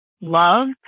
love